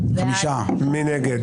מי נגד?